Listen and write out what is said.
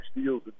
steals